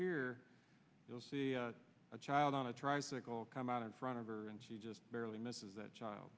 here you'll see a child on a tries to call come out in front of her and she just barely misses that child